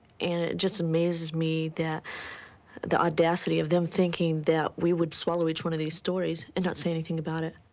and it just amazes me the audacity of them thinking that we would swallow each one of these stories and not say anything about it.